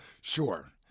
Sure